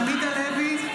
עמית הלוי,